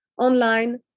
online